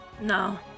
No